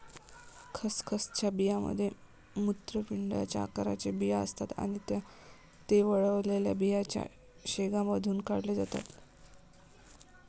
खसखसच्या बियांमध्ये मूत्रपिंडाच्या आकाराचे बिया असतात आणि ते वाळलेल्या बियांच्या शेंगांमधून काढले जातात